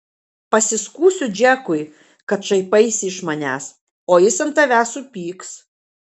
pasiskųsiu džekui kad šaipaisi iš manęs o jis ant tavęs supyks